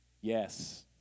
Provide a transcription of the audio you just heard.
Yes